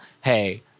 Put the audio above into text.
Hey